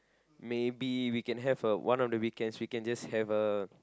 maybe we can have a one of the weekends we can just have a